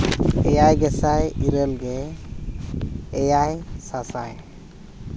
ᱮᱭᱟᱭ ᱜᱮᱥᱟᱭ ᱤᱨᱟᱹᱞ ᱜᱮ ᱮᱭᱟᱭ ᱥᱟᱥᱟᱭ